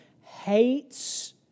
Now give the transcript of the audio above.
hates